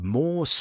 more